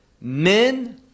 men